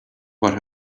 what